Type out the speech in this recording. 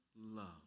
love